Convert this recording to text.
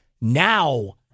Now